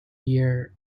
year